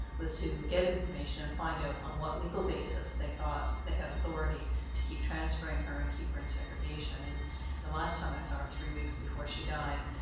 was to get information and find out on what legal basis they thought they had authority to keep transferring her and keep her in segregation. and the last time i saw her, three weeks before she died,